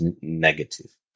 negative